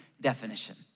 definition